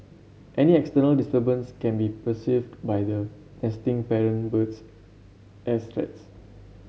any external disturbance can be perceived by the nesting parent birds as threats